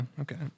okay